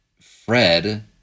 Fred